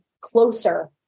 closer